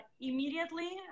immediately